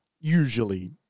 usually